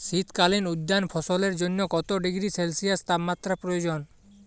শীত কালীন উদ্যান ফসলের জন্য কত ডিগ্রী সেলসিয়াস তাপমাত্রা প্রয়োজন?